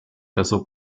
casó